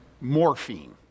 morphine